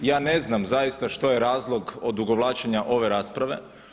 Ja ne znam zaista što je razlog odugovlačenja ove rasprave.